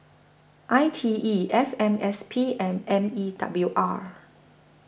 I T E F M S P and M E W R